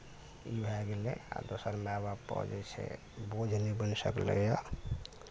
ई भऽ गेलै आ दोसर माय बाप पर जे छै बोझ नहि बनि सकलैया